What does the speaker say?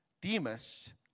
Demas